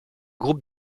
groupe